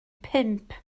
pump